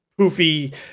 poofy